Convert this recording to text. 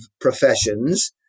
professions